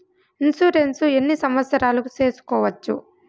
Insurance ఎన్ని సంవత్సరాలకు సేసుకోవచ్చు?